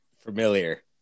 familiar